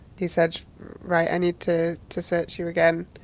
he said right, i need to to search you again.